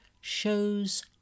shows